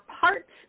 parts